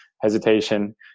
hesitation